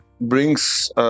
brings